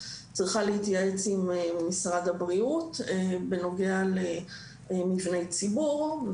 צריכה להתייעץ עם משרד הבריאות בנוגע למבני ציבור.